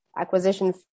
acquisition